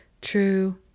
True